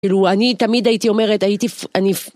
כאילו, אני תמיד הייתי אומרת, הייתי, אני...